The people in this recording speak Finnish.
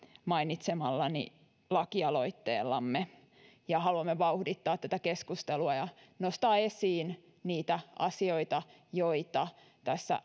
mainitsemallani lakialoitteella haluamme vauhdittaa tätä keskustelua ja nostaa esiin niitä asioita jotka tässä